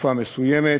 לתקופה מסוימת